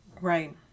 right